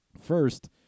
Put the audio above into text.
First